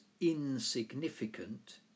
insignificant